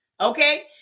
okay